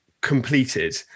completed